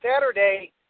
Saturday